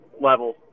level